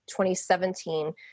2017